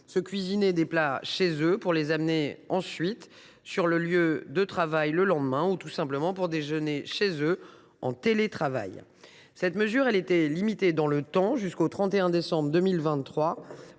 se cuisiner des plats chez eux pour les apporter le lendemain sur leur lieu de travail ou, tout simplement, pour déjeuner chez eux, en télétravail. Cette mesure était limitée dans le temps, jusqu’au 31 décembre 2023,